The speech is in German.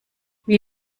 wie